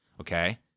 Okay